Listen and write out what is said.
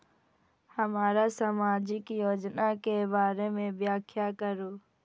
हमरा सामाजिक योजना के बारे में व्याख्या करु?